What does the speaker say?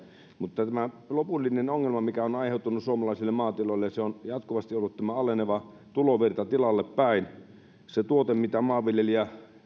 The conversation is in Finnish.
mutta tämä lopullinen ongelma mikä on aiheutunut suomalaisille maatiloille on jatkuvasti ollut tämä aleneva tulovirta tilalle päin se tuote mitä maanviljelijä